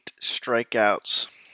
strikeouts